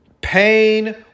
pain